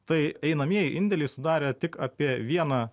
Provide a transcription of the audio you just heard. tai einamieji indėliai sudarė tik apie vieną